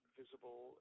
visible